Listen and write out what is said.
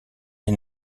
est